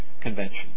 convention